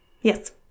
Yes